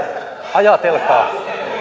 ajatelkaa